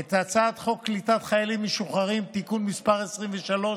את הצעת חוק קליטת חיילים משוחררים (תיקון מס' 23),